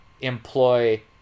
employ